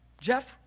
Jeff